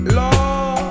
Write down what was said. law